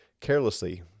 carelessly